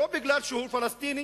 לא כי הוא פלסטיני,